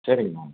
சரிங்கண்ணா